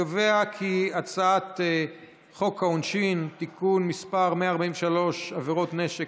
אני קובע כי הצעת חוק העונשין (תיקון מס' 143) (עבירות בנשק),